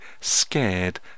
scared